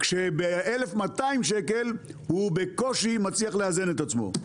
כשב-1,200 שקל הוא בקושי מצליח לאזן את עצמו.